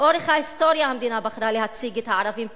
לאורך ההיסטוריה המדינה בחרה להציג את הערבים כפולשים,